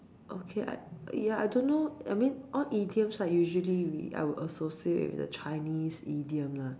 okay I ya I don't know I mean all idioms are usually we I will associate with the Chinese idiom lah